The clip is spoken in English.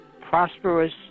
prosperous